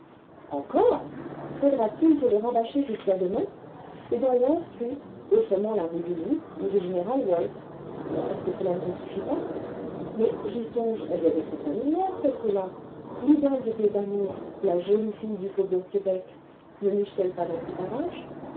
encore faudra-t-il te le rabâcher jusqu'à demain c'est dans wolfe street autrement la rue du loup ou du général wolfe est-ce que cela ne te suffit pas mais j'y songe elle doit t'être familière cette rue là l'idole de tes amours la jolie fille du faubourg québec ne niche t elle pas dans ces parages